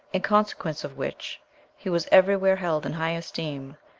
in consequence of which he was everywhere held in high esteem,